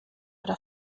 oder